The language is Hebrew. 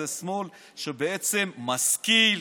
זה שמאל שהוא בעצם משכיל,